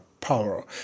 power